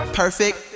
perfect